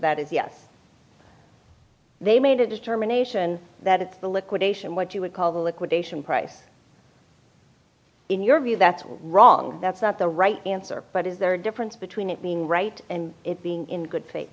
that is yes they made a determination that the liquidation what you would call the liquidation price in your view that's wrong that's not the right answer but is there a difference between it being right and it being in good